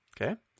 Okay